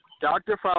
Dr